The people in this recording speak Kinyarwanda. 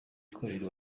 kabiri